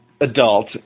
adult